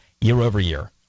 year-over-year